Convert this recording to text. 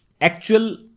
actual